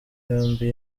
yombi